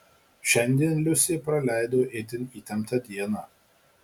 šiandien liusė praleido itin įtemptą dieną